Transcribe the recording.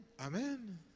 Amen